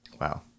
Wow